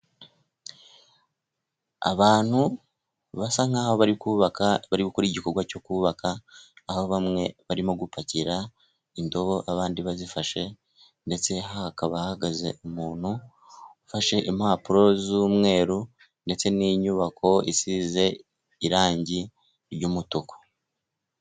Abantu basa nkaho bari kubaka bari gukora igikorwa cyo kubaka. Aho bamwe barimo gupakira indobo abandi bazifashe, ndetse hakaba hahagaze umuntu ufashe impapuro z'umweru. Ndetse n'inyubako isize irangi ry'umutuku.